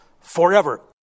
forever